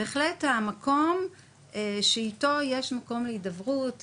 בהחלט המקום שאיתו יש מקום להדברות,